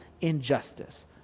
injustice